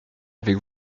avec